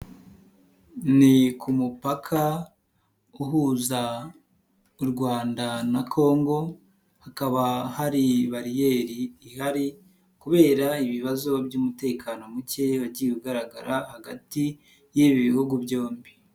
Ni ku mupaka uhuza u Rwanda na Kongo, hakaba hari bariyeri ihari kubera ibibazo by'umutekano muke Wagiye ugaragara hagati y'ibi bihugu byombi.